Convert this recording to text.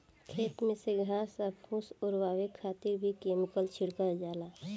खेत में से घास आ फूस ओरवावे खातिर भी केमिकल छिड़कल जाला